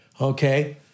Okay